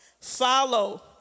follow